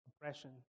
oppression